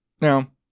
Now